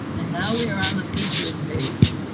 and now we are on the features page.